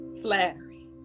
flattery